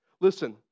Listen